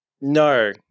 No